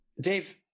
Dave